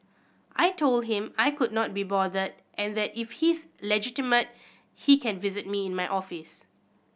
I told him I could not be bothered and that if he's legitimate he can visit me in my office